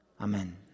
Amen